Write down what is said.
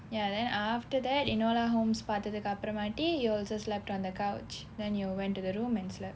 ya then after that enola holmes பார்த்ததுக்கு அப்புறம்மாட்டி:paarthathukku appurammaatti you also slept on the couch then you went to the room and slept